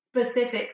specific